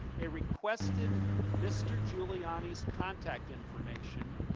they requested mr. giuliani's contact information